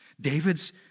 David's